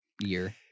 year